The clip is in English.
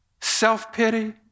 self-pity